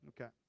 Okay